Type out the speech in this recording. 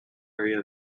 area